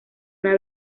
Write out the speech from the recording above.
una